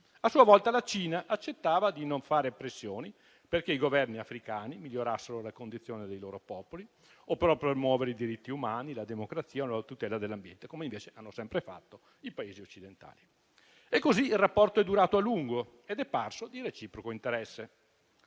A sua volta la Cina accettava di non fare pressioni perché i Governi africani migliorassero le condizioni dei loro popoli o per promuovere i diritti umani, la democrazia e la tutela dell'ambiente, come invece hanno sempre fatto i Paesi occidentali. Il rapporto è così durato a lungo ed è parso di reciproco interesse.